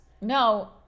No